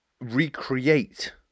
recreate